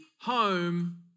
home